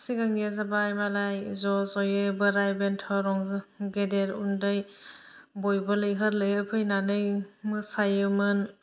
सिगांनिया जाबाय मालाय ज' जयै बोराइ बेन्थ' रंजा गेदेर उन्दै बयबो लैहोर लैहोर फैनानै मोसायोमोन